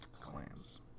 Clams